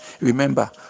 Remember